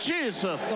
Jesus